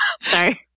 sorry